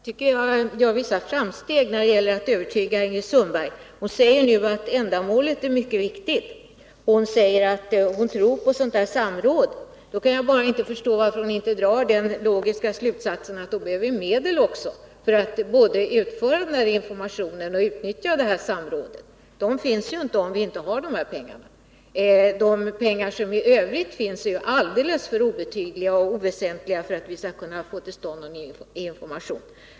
Herr talman! Jag tycker att jag gör vissa framsteg när det gäller att övertyga Ingrid Sundberg. Hon säger nu att ändamålet för anslaget —- informationen — är mycket viktigt, och hon säger att hon tror på samråd. Då kan jag bara inte förstå varför hon inte drar den logiska slutsatsen att det behövs medel för att föra ut informationen och utnyttja samrådet. De pengar som nu finns är alldeles för obetydliga för att vi skall kunna få till stånd någon effektiv information.